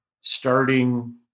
Starting